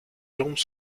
jambes